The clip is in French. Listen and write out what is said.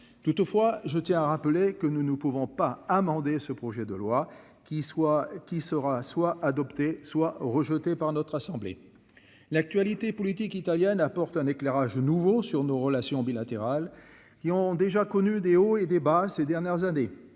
toutefois je tiens à. Voulez que nous ne pouvons pas amender ce projet de loi qui soit, qui sera soit adopté soit. Rejeté par notre assemblée l'actualité politique italienne apporte un éclairage nouveau sur nos relations bilatérales. Qui ont déjà connu Des hauts et des bas ces dernières années